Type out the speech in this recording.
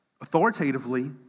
authoritatively